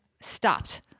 stopped